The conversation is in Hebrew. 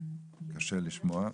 קשה לשמוע,